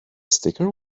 sticker